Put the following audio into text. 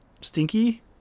stinky